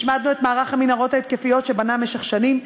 השמדנו את מערך המנהרות ההתקפיות שבנה במשך שנים.